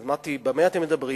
אמרתי: על מה אתם מדברים?